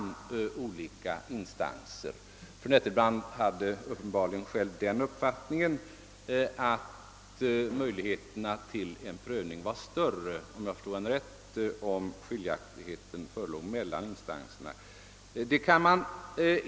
Om jag förstod fru' Nettelbrandt rätt hade hon själv den uppfattningen att möjligheterna till en prövning var större, om det förelåg skiljaktigheter mellan instanserna.